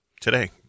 today